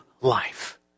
life